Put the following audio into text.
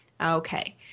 Okay